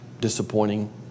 disappointing